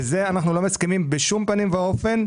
לזה אנחנו לא מסכימים בשום פנים ואופן.